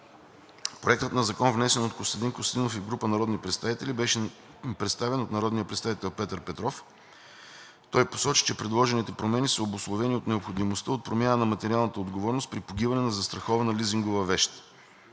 Проектът на закон, внесен от Костадин Костадинов и група народни представители, беше представен от народния представител Петър Петров. Той посочи, че предложените промени са обусловени от необходимостта от промяна на материалната отговорност при погиване на застрахована лизингова вещ.